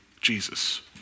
Jesus